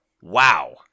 wow